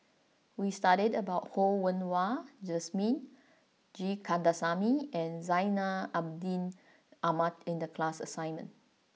we studied about Ho Yen Wah Jesmine G Kandasamy and Zainal Abidin Ahmad in the class assignment